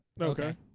Okay